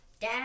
dad